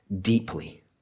deeply